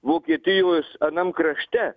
vokietijos anam krašte